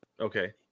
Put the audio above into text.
okay